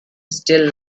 still